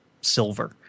Silver